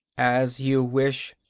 as you wish,